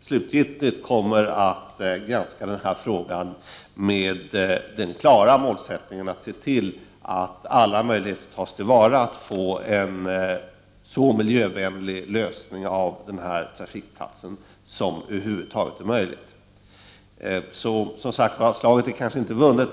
slutgiltigt kommer att granska frågan med den klara målsättningen att alla möjligheter skall tas till vara när det gäller att åstadkomma en så miljövänlig lösning på den här trafikplatsen som det över huvud taget är möjligt. Slaget är kanske inte vunnet.